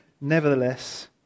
nevertheless